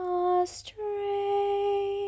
astray